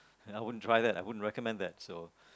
I wouldn't try that I wouldn't recommend that so